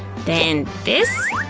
then this?